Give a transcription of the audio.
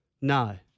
No